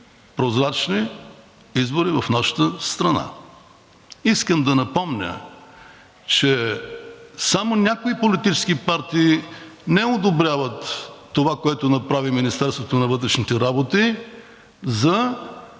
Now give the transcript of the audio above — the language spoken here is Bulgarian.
прозрачни избори в нашата страна. Искам да напомня, че само някои политически партии не одобряват това, което направи Министерството на вътрешните работи за